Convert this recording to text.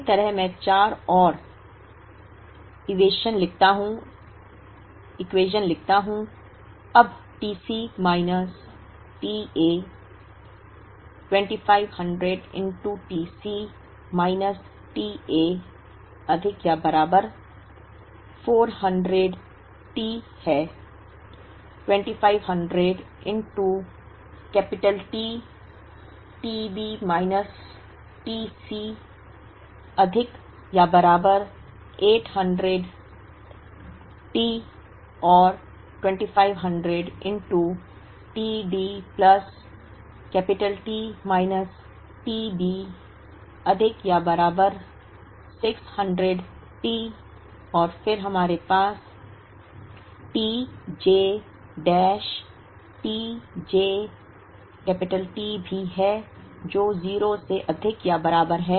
इसी तरह मैं चार और इक्वेशन लिखता हूं अब t C minus t A 2500 t C minus t A अधिक या बराबर 400 T है 2500 T t B minus t C अधिक या बराबर 800 T और 2500 t D plus T minus t B अधिक या बराबर 600 T और फिर हमारे पास tj डैश tj T भी है जो 0 से अधिक या बराबर है